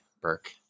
Burke